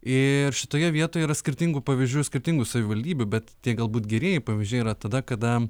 ir šitoje vietoje yra skirtingų pavyzdžių skirtingų savivaldybių bet galbūt gerieji pavyzdžiai yra tada kada